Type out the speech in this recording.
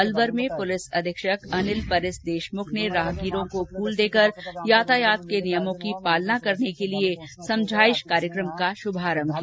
अलवर में पुलिस अधीक्षक अनिल परिस देशमुख ने राहगीरों को फूल देकर यातायात के नियमों की पालना करने के लिए समझाइश कार्यक्रम का शुभारंभ किया